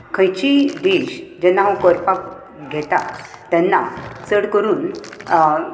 खंयचीय डिश जेन्ना हांव करपाक घेता तेन्ना चड करून